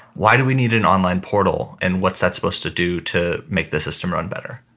why do we need an online portal and what's that supposed to do to make the system run better?